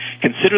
consider